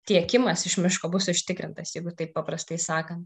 tiekimas iš miško bus užtikrintas jeigu taip paprastai sakant